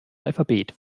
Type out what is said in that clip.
alphabet